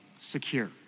secure